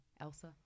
Elsa